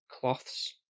cloths